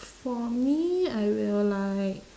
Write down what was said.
for me I will like